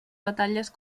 batalles